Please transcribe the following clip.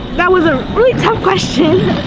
that was a really tough question.